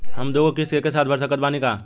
हम दु गो किश्त एके साथ भर सकत बानी की ना?